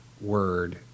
word